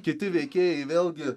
kiti veikėjai vėlgi